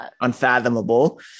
unfathomable